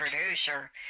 producer